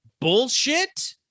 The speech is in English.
bullshit